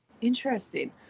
Interesting